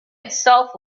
itself